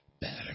better